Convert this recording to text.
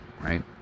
right